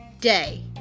day